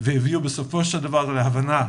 והביאו בסופו של דבר להבנה,